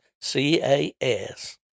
C-A-S